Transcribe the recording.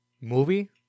movie